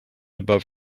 above